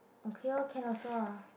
okay lor can also ah